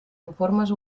informes